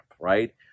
Right